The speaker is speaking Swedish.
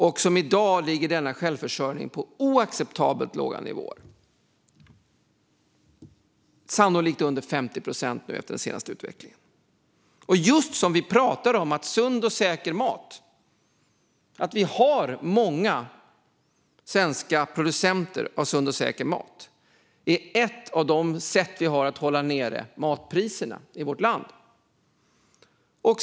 I dag ligger denna självförsörjning på en oacceptabelt låg nivå, sannolikt under 50 procent efter den senaste tidens utveckling. Vi pratar just om sund och säker mat, och att vi har många svenska producenter av sund och säker mat är ett av de sätt vi har att hålla nere matpriserna i vårt land.